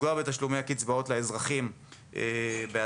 לפגוע בתשלומי הקצבאות לאזרחים בעתיד,